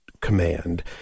command